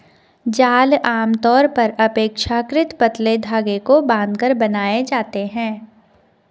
जाल आमतौर पर अपेक्षाकृत पतले धागे को बांधकर बनाए जाते हैं